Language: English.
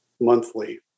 monthly